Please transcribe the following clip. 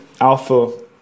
Alpha